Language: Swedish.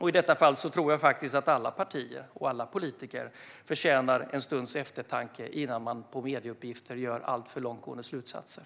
I detta fall tror jag också att alla partier och alla politiker förtjänar en stunds eftertanke innan man utifrån medieuppgifter drar alltför långtgående slutsatser.